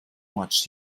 much